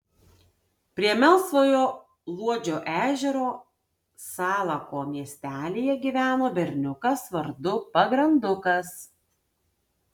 prie melsvojo luodžio ežero salako miestelyje gyveno berniukas vardu pagrandukas